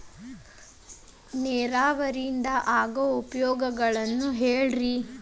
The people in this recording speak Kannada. ನೇರಾವರಿಯಿಂದ ಆಗೋ ಉಪಯೋಗಗಳನ್ನು ಹೇಳ್ರಿ